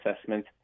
assessment